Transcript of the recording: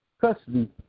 custody